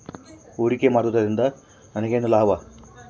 ಹೂಡಿಕೆ ಮಾಡುವುದರಿಂದ ನನಗೇನು ಲಾಭ?